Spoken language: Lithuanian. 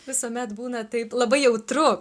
visuomet būna taip labai jautru